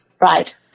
Right